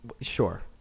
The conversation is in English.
Sure